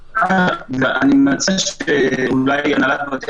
--- אני מציע שאולי הנהלת בתי